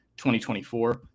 2024